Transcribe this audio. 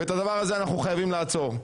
ואת הדבר הזה אנחנו חייבים לעצור.